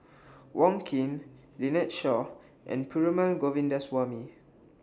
Wong Keen Lynnette Seah and Perumal Govindaswamy